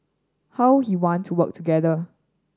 how he want to work together